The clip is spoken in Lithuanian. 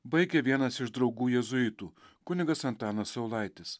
baigė vienas iš draugų jėzuitų kunigas antanas saulaitis